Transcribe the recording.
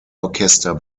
orchester